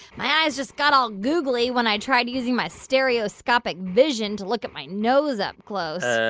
my eyes just got all googly when i tried using my stereoscopic vision to look at my nose up close. ah